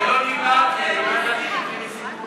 לא דיברתי היום, לא ידעתי שנותנים לי סיכוי,